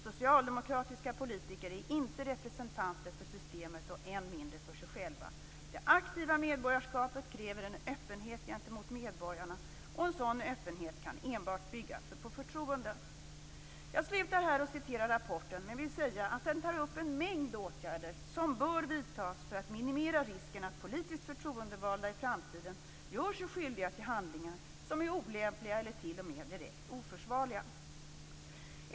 Socialdemokratiska politiker är inte representanter för systemet och än mindre för sig själva. Det aktiva medborgarskapet kräver en öppenhet gentemot medborgarna, och en sådan öppenhet kan enbart bygga på förtroende. Jag slutar här att läsa ur rapporten. Men jag vill säga att den tar upp en mängd åtgärder som bör vidtas för att minimera risken att politiskt förtroendevalda i framtiden gör sig skyldiga till handlingar som är olämpliga eller t.o.m. direkt oförsvarliga.